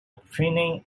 preening